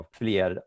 fler